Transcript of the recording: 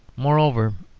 moreover,